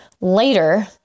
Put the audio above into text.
later